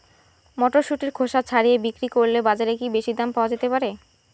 মটরশুটির খোসা ছাড়িয়ে বিক্রি করলে বাজারে কী বেশী দাম পাওয়া যেতে পারে?